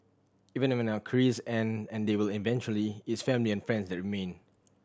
even when our careers end and they will eventually it's family and friends that remain